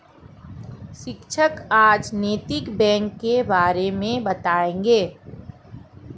शिक्षक आज नैतिक बैंक के बारे मे बताएँगे